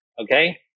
Okay